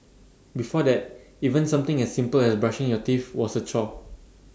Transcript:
before that even something as simple as brushing your teeth was A chore